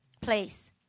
place